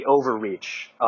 overreach